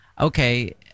Okay